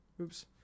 Oops